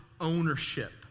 Ownership